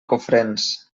cofrents